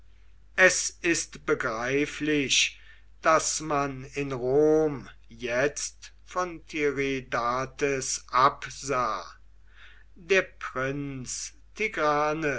es ist begreiflich daß man in rom jetzt von tiridates absah der prinz tigranes